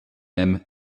him